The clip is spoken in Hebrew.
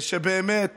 שבאמת